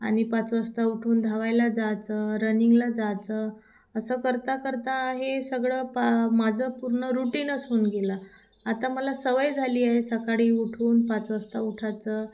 आणि पाच वाजता उठून धावायला जायचं रनिंगला जायचं असं करता करता हे सगळं पा माझं पूर्ण रूटीनच होऊन गेलं आता मला सवय झाली आहे सकाळी उठून पाच वाजता उठायचं